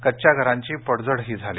कच्च्या घरांची पडझडही झाली